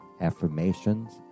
affirmations